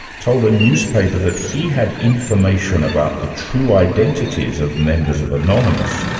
told a newspaper that he had information about the true identities of members of anonymous.